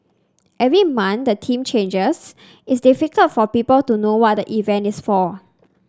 every month the theme changes it's difficult for people to know what the event is for